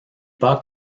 pas